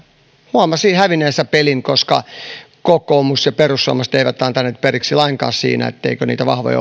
huomasi hävinneensä pelin koska kokoomus ja perussuomalaiset eivät antaneet periksi lainkaan siinä etteikö niitä vahvoja